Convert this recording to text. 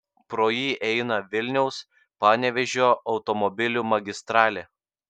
pro jį eina vilniaus panevėžio automobilių magistralė